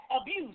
abuse